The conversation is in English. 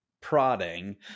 prodding